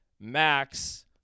Max